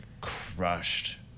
crushed